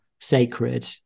sacred